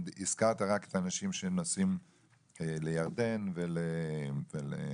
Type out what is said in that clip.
הזכרת רק את האנשים שנוסעים לירדן ולחג',